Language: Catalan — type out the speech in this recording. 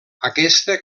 aquesta